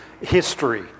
history